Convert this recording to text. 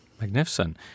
Magnificent